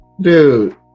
Dude